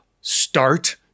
start